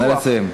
נא לסיים.